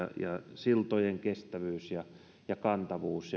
ja siltojen kestävyys ja ja kantavuus